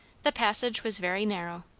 the passage was very narrow,